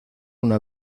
una